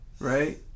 right